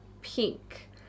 pink